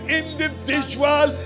individual